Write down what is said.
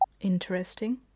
Interesting